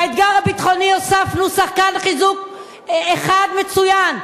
באתגר הביטחוני הוספנו שחקן חיזוק אחד מצוין,